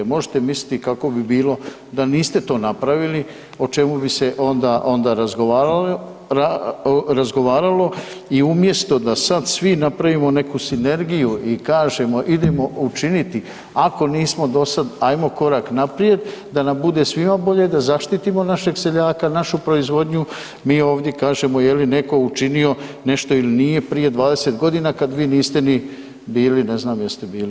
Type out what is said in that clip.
Možete misliti kako bi bilo da niste to napravili o čemu bi se onda razgovaralo i umjesto da sad svi napravimo neku sinergiju i kažemo idemo učiniti ako nismo do sad ajmo korak naprijed da nam bude svima bolje, da zaštitimo našeg seljaka, našu proizvodnju mi ovdje kažemo je li neko učinio nešto ili nije prije 20 godina kad vi niste ni bili, ne znam jeste bili